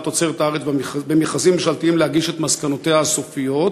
תוצרת הארץ במכרזים ממשלתיים להגיש את מסקנותיה הסופיות?